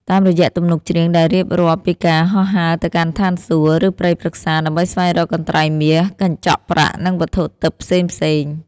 តាមរយៈទំនុកច្រៀងដែលរៀបរាប់ពីការហោះហើរទៅកាន់ឋានសួគ៌ ឬព្រៃព្រឹក្សា ដើម្បីស្វែងរកកន្ត្រៃមាស កញ្ចក់ប្រាក់ និងវត្ថុទិព្វផ្សេងៗ